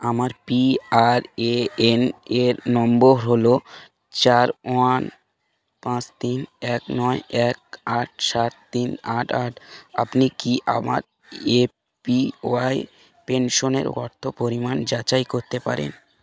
আমার P R A N এর নম্বর হল চার ওয়ান পাঁচ তিন এক নয় এক আট সাত তিন আট আট আপনি কি আমার এপিওয়াই পেনশনের বর্তমান পরিমাণ যাচাই করতে পারেন